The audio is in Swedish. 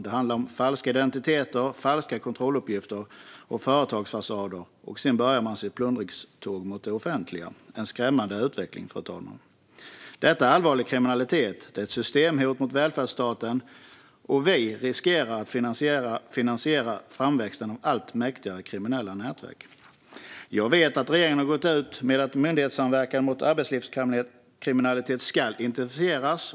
Det handlar om falska identiteter, falska kontrolluppgifter och företagsfasader. Sedan börjar man sitt plundringståg mot det offentliga. Det är en skrämmande utveckling, fru talman. Detta är allvarlig kriminalitet. Det är ett systemhot mot välfärdsstaten. Vi riskerar att finansiera framväxten av allt mäktigare kriminella nätverk. Jag vet att regeringen har gått ut med att myndighetssamverkan mot arbetslivskriminalitet ska intensifieras.